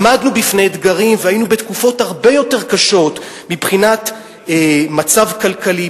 עמדנו בפני אתגרים והיינו בתקופות הרבה יותר קשות מבחינת המצב הכלכלי,